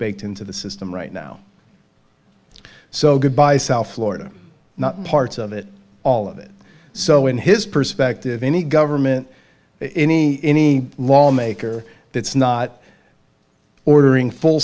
baked into the system right now so goodbye south florida not parts of it all of it so in his perspective any government any any lawmaker that's not ordering full